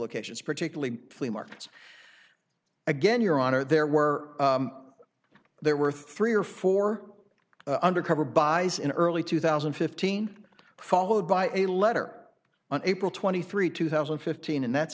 locations particularly flea markets again your honor there were there were three or four undercover boss in early two thousand and fifteen followed by a letter on april twenty three two thousand and fifteen and that's